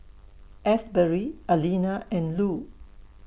Asberry Alena and Lue